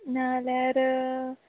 नाल्यार